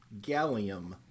Gallium